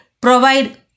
provide